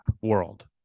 world